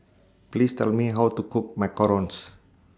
Please Tell Me How to Cook Macarons